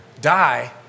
die